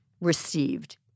received